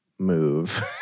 move